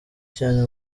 cyane